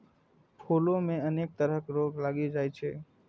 फूलो मे अनेक तरह रोग लागि जाइ छै